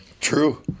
True